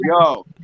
yo